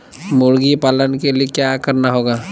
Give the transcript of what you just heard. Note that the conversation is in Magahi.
मुर्गी पालन के लिए क्या करना होगा?